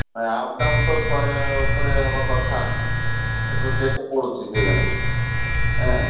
up down ତ ଶହେ ଉପରେ ହେବା କଥା ଏଠୁ କେତେ ପଡ଼ୁଛି କେ ଜଣେ